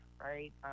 right